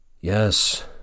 Yes